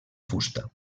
fusta